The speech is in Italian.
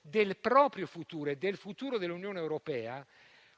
del proprio futuro e del futuro dell'Unione europea,